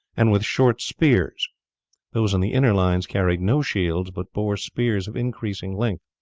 and with short spears those in the inner lines carried no shields, but bore spears of increasing length,